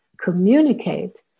communicate